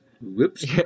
whoops